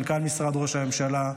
מנכ"ל משרד ראש הממשלה,